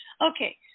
Okay